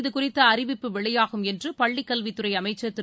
இதுகுறித்தஅறிவிப்பு வெளியாகும் என்றுபள்ளிக் கல்வித்துறைஅமைச்சர் திரு